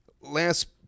Last